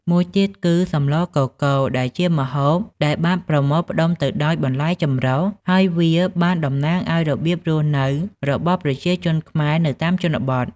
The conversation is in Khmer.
មួយទៀតគឺ សម្លរកកូរ ដែលជាម្ហូបដែលបានប្រមូលផ្តុំទៅដោយបន្លែចម្រុះ ហើយវាបានតំណាងឱ្យរបៀបរស់នៅរបស់ប្រជាជនខ្មែរនៅតាមជនបទ។